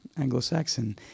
Anglo-Saxon